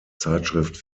zeitschrift